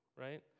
right